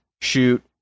shoot